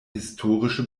historische